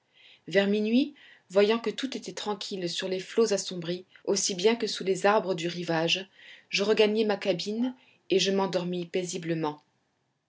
vers minuit voyant que tout était tranquille sur les flots assombris aussi bien que sous les arbres du rivage je regagnai ma cabine et je m'endormis paisiblement